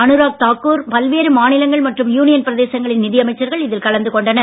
அனுராக் தாக்கூர் பல்வேறு மாநிலங்கள் மற்றும் யூனியன் பிரதேசங்களின் நிதியமைச்சர்கள் இதில் கலந்து கொண்டனர்